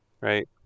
right